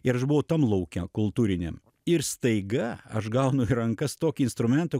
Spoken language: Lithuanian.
ir aš buvau tam lauke kultūriniam ir staiga aš gaunu į rankas tokį instrumentą